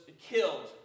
killed